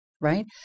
right